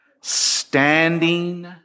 standing